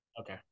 Okay